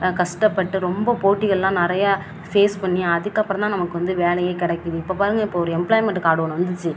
கஷ்டப்பட்டு ரொம்ப போட்டிகளாம் நிறைய ஃபேஸ் பண்ணி அதுக்கு அப்புறம் தான் நமக்கு வந்து வேலையே கிடைக்குது இப்போ பாருங்கள் இப்போது ஒரு எம்ப்லாய்மென்ட் கார்டு ஒன்று வந்துச்சு